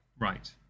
Right